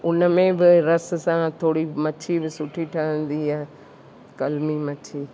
उन में बि रस सां थोरी मछी बि सुठी ठहिंदी आहे कल्मी मछी